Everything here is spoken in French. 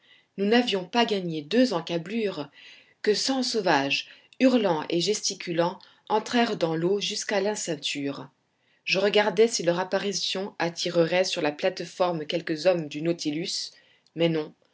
nous n'avions pas gagné deux encablures que cent sauvages hurlant et gesticulant entrèrent dans l'eau jusqu'à la ceinture je regardais si leur apparition attirerait sur la plate-forme quelques hommes du nautilus mais non